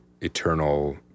eternal